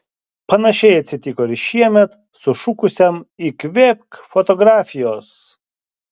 panašiai atsitiko ir šiemet sušukusiam įkvėpk fotografijos